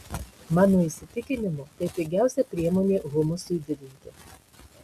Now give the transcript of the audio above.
mano įsitikinimu tai pigiausia priemonė humusui didinti